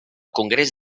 congrés